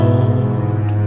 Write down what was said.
Lord